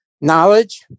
knowledge